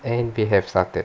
and they have started